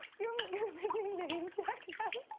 you're gonna make me namecheck and them?